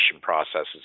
processes